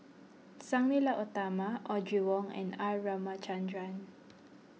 Sang Nila Utama Audrey Wong and R Ramachandran